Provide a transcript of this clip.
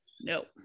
Nope